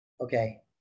okay